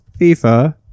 FIFA